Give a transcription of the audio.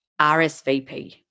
RSVP